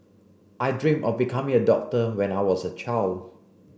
I dream of becoming a doctor when I was a child